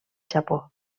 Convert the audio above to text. japó